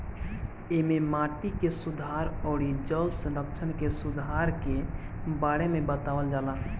एमे माटी के सुधार अउरी जल संरक्षण के सुधार के बारे में बतावल जाला